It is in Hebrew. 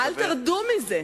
אל תרדו מזה.